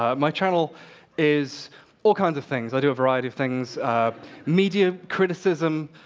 ah my channel is all kinds of things, i do a variety of things media criticism,